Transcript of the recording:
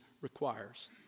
requires